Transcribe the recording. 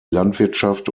landwirtschaft